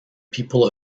people